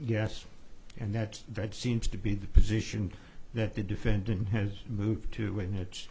yes and that's that seems to be the position that the defendant has moved to when it's